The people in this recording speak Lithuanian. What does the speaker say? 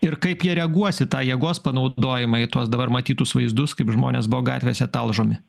ir kaip jie reaguos į tą jėgos panaudojimą tuos dabar matytus vaizdus kaip žmonės buvo gatvėse talžomi